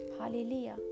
Hallelujah